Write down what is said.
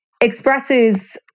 expresses